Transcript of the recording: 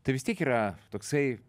tai vis tiek yra toksai